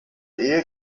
ehe